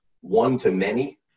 one-to-many